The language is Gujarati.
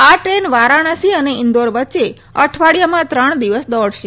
આ ટ્રેન વારાણસી અને ઇન્દોર વચ્ચે અઠવાડિયામાં ત્રણ દિવસ દોડશે